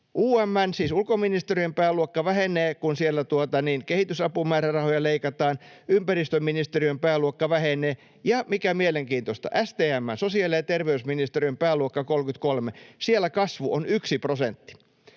UM:n, siis ulkoministeriön, pääluokka vähenee, kun siellä kehitysapumäärärahoja leikataan, ympäristöministeriön pääluokka vähenee, ja mikä mielenkiintoista, STM:n, sosiaali- ja terveysministeriön, pääluokassa 33 kasvua on yksi prosentti.